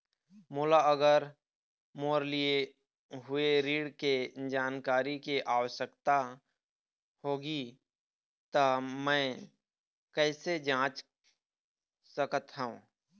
मोला अगर मोर लिए हुए ऋण के जानकारी के आवश्यकता होगी त मैं कैसे जांच सकत हव?